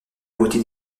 beauté